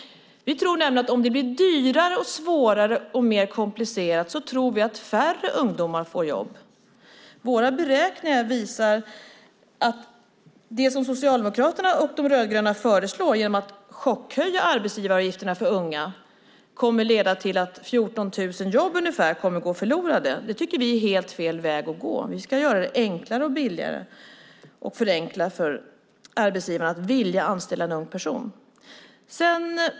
Vi tror nämligen att om det blir dyrare, svårare och mer komplicerat så får färre ungdomar jobb. Våra beräkningar visar att det som Socialdemokraterna och De rödgröna föreslår, nämligen att chockhöja arbetsgivaravgifterna för unga, kommer att leda till att ungefär 14 000 jobb går förlorade. Det tycker vi är helt fel väg att gå; vi ska i stället göra det enklare och billigare för arbetsgivarna att vilja anställa en ung person.